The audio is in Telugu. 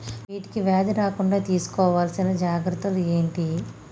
వీటికి వ్యాధి రాకుండా తీసుకోవాల్సిన జాగ్రత్తలు ఏంటియి?